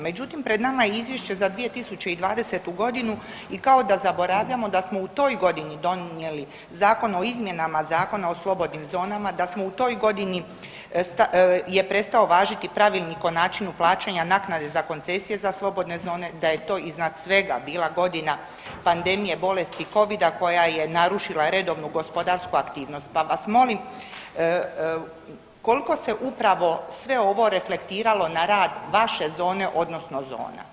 Međutim, pred nama je izvješće za 2020.g. i kao da zaboravljamo da smo u toj godini donijeli Zakon o izmjenama Zakona o slobodnim zonama, da smo u toj godini je prestao važiti Pravilnik o načinu plaćanja naknade za koncesije za slobodne zone, da je to iznad svega bila godina pandemije bolesti covida koja je narušila redovnu gospodarsku aktivnost, pa vas molim kolko se upravo sve ovo reflektiralo na rad vaše zone odnosno zona?